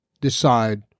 decide